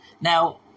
Now